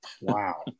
Wow